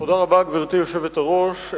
גברתי היושבת-ראש,